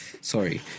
Sorry